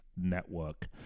Network